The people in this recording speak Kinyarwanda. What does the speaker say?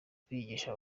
kwigisha